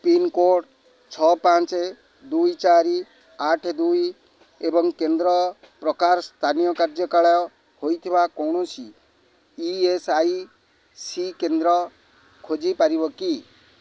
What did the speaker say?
pincode ଛଅ ପାଞ୍ଚ ଦୁଇ ଚାରି ଆଠ ଦୁଇ ଏବଂ କେନ୍ଦ୍ର ପ୍ରକାର ସ୍ଥାନୀୟ କାର୍ଯ୍ୟାଳୟ ହୋଇଥିବା କୌଣସି ଇ ଏସ୍ ଆଇ ସି କେନ୍ଦ୍ର ଖୋଜି ପାରିବ କି